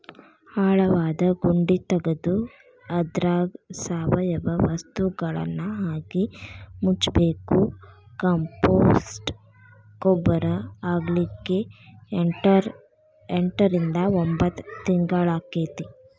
ಆಳವಾದ ಗುಂಡಿ ತಗದು ಅದ್ರಾಗ ಸಾವಯವ ವಸ್ತುಗಳನ್ನಹಾಕಿ ಮುಚ್ಚಬೇಕು, ಕಾಂಪೋಸ್ಟ್ ಗೊಬ್ಬರ ಆಗ್ಲಿಕ್ಕೆ ಎಂಟರಿಂದ ಒಂಭತ್ ತಿಂಗಳಾಕ್ಕೆತಿ